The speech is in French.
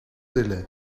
délai